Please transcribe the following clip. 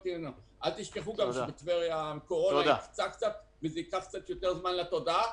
אל תשכחו גם שבטבריה הקורונה --- וזה ייקח קצת זמן להיכנס לתודעה.